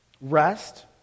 Rest